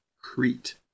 Crete